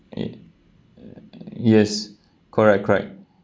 ye~ yes correct correct